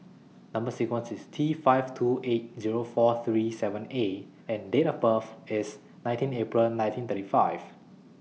Number sequence IS T five two eight Zero four three seven A and Date of birth IS nineteen April nineteen thirty five